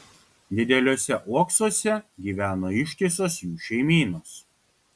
dideliuose uoksuose gyveno ištisos jų šeimynos